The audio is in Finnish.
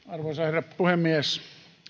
arvoisa herra puhemies